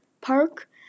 park